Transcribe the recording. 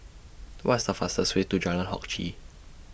What's The fastest Way to Jalan Hock Chye